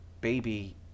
baby